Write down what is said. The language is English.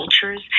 cultures